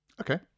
Okay